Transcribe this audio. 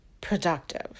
productive